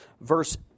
Verse